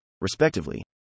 respectively